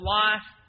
life